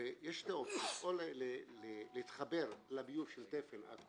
הרי יש שתי אופציות: או להתחבר לביוב של תפן-עכו,